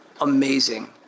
Amazing